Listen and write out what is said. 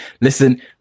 Listen